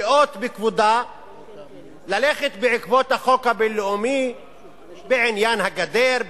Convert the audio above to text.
תיאות בכבודה ללכת בעקבות החוק הבין-לאומי בעניין הגדר,